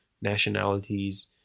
nationalities